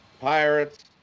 Pirates